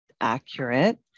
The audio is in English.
accurate